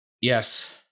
Yes